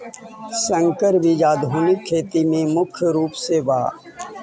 संकर बीज आधुनिक खेती में मुख्य रूप से बा